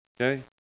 Okay